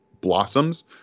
blossoms